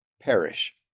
perish